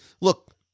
look